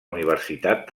universitat